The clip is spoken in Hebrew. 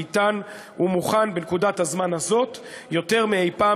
איתן ומוכן בנקודת הזמן הזאת יותר מאי-פעם